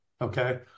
Okay